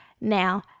Now